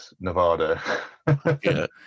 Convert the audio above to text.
Nevada